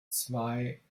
zwei